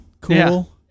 Cool